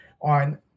on